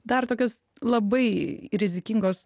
dar tokios labai rizikingos